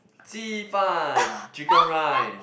ji-fan chicken rice